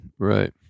Right